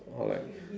alright